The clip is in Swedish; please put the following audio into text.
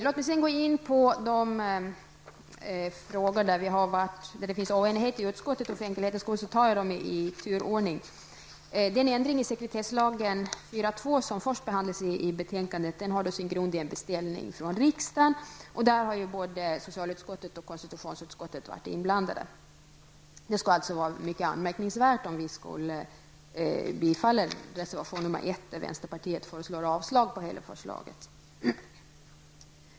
Låt mig sedan gå in på de frågor där vi har varit oeniga i utskottet. För enkelhets skull tar jag upp dem i turordning. Den ändring i sekretesslagen 14 kap. 2 § som först behandlas i betänkandet har sin grund i en beställning från riksdagen. Både socialutskottet och konstitutionsutskottet har varit inblandade. Det skulle således vara mycket anmärkningsvärt om vi skulle bifalla reservation nr 1 där vänsterpartiet föreslår avslag på hela förslaget.